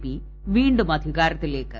P വീണ്ടും അധികാരത്തിലേക്ക്